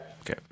Okay